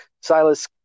Silas